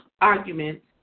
arguments